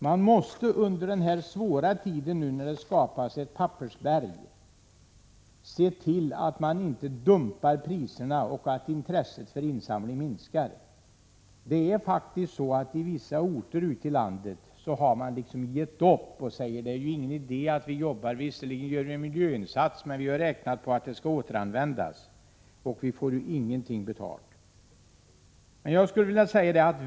Man måste under den svåra tiden, när det nu skapas pappersberg, se till att priserna inte dumpas och att intresset för insamlingen inte minskar. Det är faktiskt så, att man i vissa orter ute i landet har gett upp och säger: Det är ju ingen idé att vi jobbar. Visserligen gör vi en miljöinsats, men vi har räknat med att papperet skall återanvändas — och vi får ingenting betalt.